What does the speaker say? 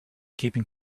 keeping